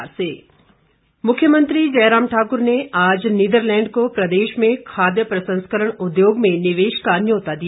मुख्यमंत्री मुख्यमंत्री जयराम ठाकुर ने आज निदरलैंड को प्रदेश में खाद्य प्रसंस्करण उद्योग में निवेश का न्यौता दिया